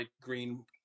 green